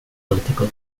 political